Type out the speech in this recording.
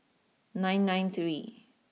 nine nine three